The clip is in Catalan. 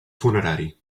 funerari